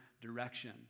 direction